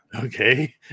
Okay